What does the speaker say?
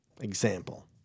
Example